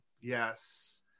yes